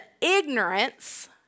ignorance